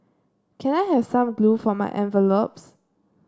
can I have some glue for my envelopes